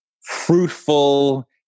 fruitful